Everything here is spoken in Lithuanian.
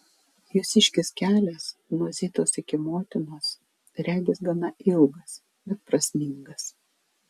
jūsiškis kelias nuo zitos iki motinos regis gana ilgas bet prasmingas